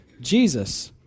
Jesus